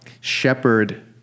shepherd